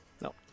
No